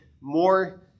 more